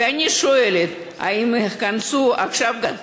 ואני שואלת, האם ייכנסו עכשיו גם,